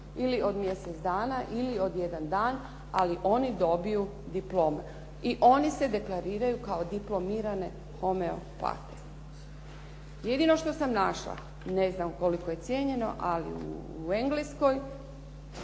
ili od mjesec dana ili od jedan dan, ali oni dobiju diplomu i oni se deklariraju kao diplomirane homeopate. Jedino što sam našla, ne znam koliko je cijenjeno ali u Engleskoj